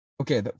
okay